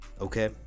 okay